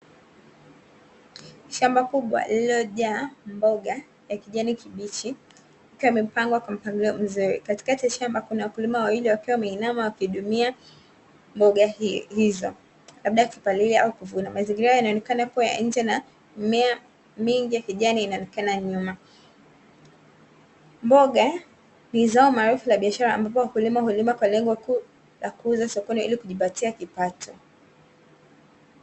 Shamba kubwa lililojaa mboga ya kijani kibichi ikiwa imepangwa kwa mpangilio mzuri, katikati ya shamba, kuna wakulima wawili wakiwa wameinama wakihudumia mboga hizo labda wakipalilia au kuvuna. Mazingira hayo ya nje na mimea mingi ya kijani inaonekana nyuma. Mboga ni zao maarufu la biashara, ambapo wakulima hulima kwa lengo kuu la kuuza sokoni ili kujipatia kipato.